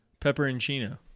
Pepperoncino